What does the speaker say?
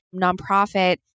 nonprofit